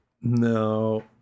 no